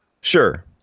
Sure